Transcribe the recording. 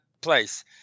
place